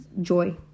joy